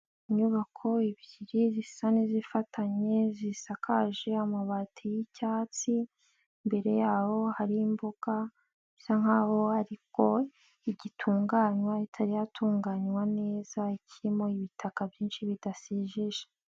Inyubako ebyiri zisa n'izifatanye zisakaje amabati y'icyatsi, imbere yaboho hariho imbuga bisa nkaho aribwo igitunganywa itari ya tunganywa neza ikirimo ibitaka byinshi bidasijije.